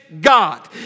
God